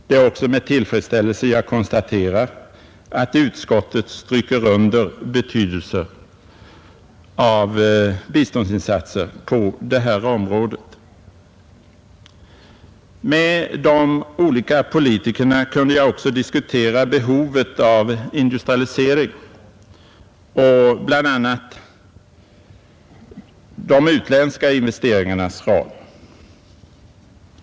Det är också med tillfredsställelse jag konstaterar att utskottet stryker under betydelsen av biståndsinsatser på det här området. Med dessa olika politiker kunde jag också diskutera behovet av industrialisering och bl.a. de utländska investeringarnas roll.